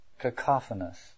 cacophonous